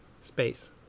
Space